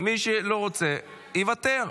מי שלא רוצה, יוותר.